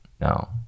no